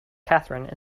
katherine